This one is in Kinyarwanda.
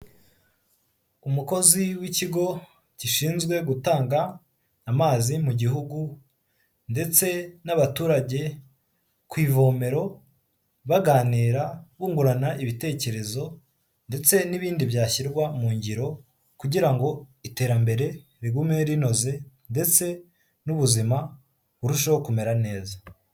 Umukozi w'ikigo gishinzwe gutanga amazi mu gihugu ndetse n'abaturage ku ivomero baganira, bungurana ibitekerezo ndetse n'ibindi byashyirwa mu ngiro kugira ngo iterambere rigume rinoze ndetse n'ubuzima burusheho kumera neza.